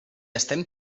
estem